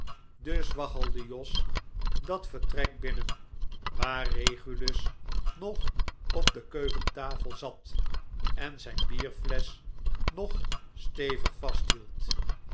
dus waggelde jos dat vertrek binnen waar regulus nog op de keukentafel zat en zijn bierflesch nog stevig vasthield